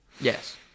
Yes